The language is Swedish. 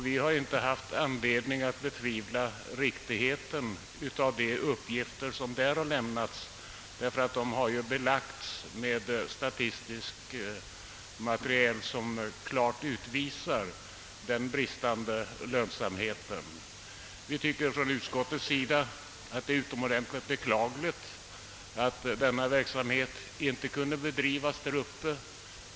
Vi har inte haft anledning att betvivla riktigheten av dessa uppgifter, eftersom de har belagts med statistiskt material som klart utvisar den bristande lönsamheten. Utskottsmajoriteten anser det utomordentligt beklagligt att denna verksamhet inte kan bedrivas i fortsättningen.